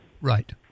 Right